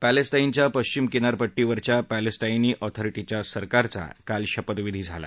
पॅलेस्टाईच्या पश्चिम किनारपट्टीवरच्या पॅलेस्टाईनी ऑथर्टीच्या सरकारचा काल शपथविधी झाला